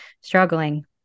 struggling